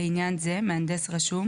לעניין זה, "מהנדס רשום"